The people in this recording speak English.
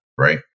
Right